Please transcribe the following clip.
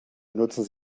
benutzen